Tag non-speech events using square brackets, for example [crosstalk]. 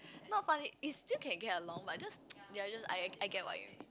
not funny is still can get along but just [noise] ya I get I get what you mean